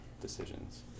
decisions